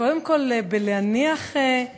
קודם כול בלהניח על